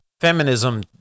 feminism